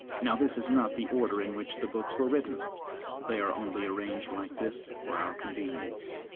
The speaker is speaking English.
now this is not the order in which the books were written they are only arranged like this for our convenience.